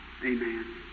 amen